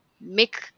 make